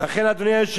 אם באמת